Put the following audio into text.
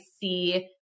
see